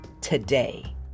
today